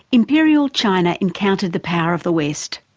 imperial china encountered the power of the west.